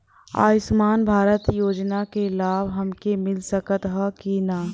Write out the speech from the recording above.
आयुष्मान भारत योजना क लाभ हमके मिल सकत ह कि ना?